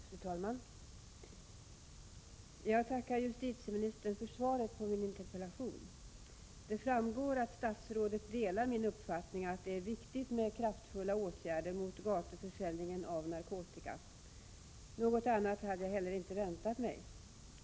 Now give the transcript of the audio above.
Fru talman! Jag tackar justitieministern för svaret på min interpellation. Det framgår att statsrådet delar min uppfattning att det är viktigt med kraftfulla åtgärder mot gatuförsäljningen av narkotika. Något annat hade jag inte heller väntat mig.